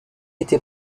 été